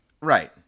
Right